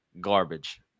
Garbage